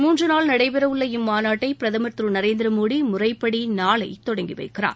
முன்று நாள் நடைபெற உள்ள இம்மாநாட்டை பிரதம் திரு நரேந்திர மோடி முறைப்படி நாளை தொடங்கி வைக்கிறார்